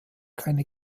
keine